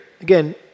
again